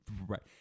right